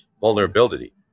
vulnerability